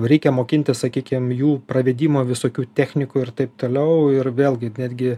reikia mokintis sakykim jų pravedimo visokių technikų ir taip toliau ir vėlgi netgi